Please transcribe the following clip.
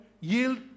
yield